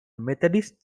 methodist